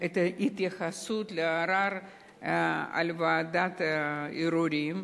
את ההתייחסות לערר על ועדת ערעורים,